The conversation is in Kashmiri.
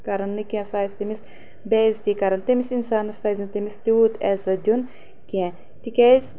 کرن نہٕ کینٛہہ سُہ آسہِ تٔمِس بے عزتی کران تٔمِس انسانس پزِ نہٕ تٔمِس تیوٗت عزت دِیُن کینٛہہ تِکیٛازِ